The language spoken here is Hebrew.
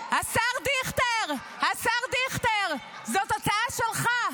השר דיכטר, השר דיכטר, זאת הצעה שלך.